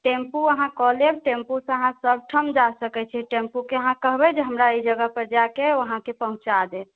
tempo अहाँकऽ लेब tempo सऽ अहाँ सब ठाम जा सकै छी टेम्पू के अहाँ कहबै जे हमरा ई जगहपर जाइके अइ ओ अहाँके पहुँचा देत